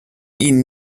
ihnen